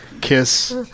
kiss